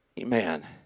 amen